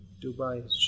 Dubai